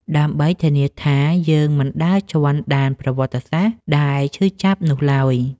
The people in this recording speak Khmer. ដើម្បីធានាថាយើងមិនដើរជាន់ដានប្រវត្តិសាស្ត្រដែលឈឺចាប់នោះឡើយ។